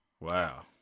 Wow